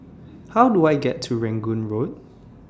How Do I get to Rangoon Road